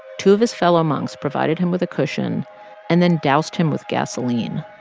two of his fellow monks provided him with a cushion and then doused him with gasoline.